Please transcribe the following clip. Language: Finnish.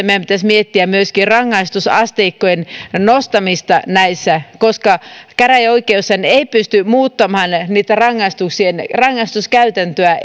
meidän pitäisi miettiä myöskin rangaistusasteikkojen nostamista näissä koska käräjäoikeushan ei pysty muuttamaan niitä rangaistuskäytäntöjä